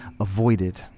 avoided